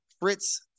Fritz